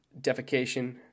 defecation